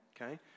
Okay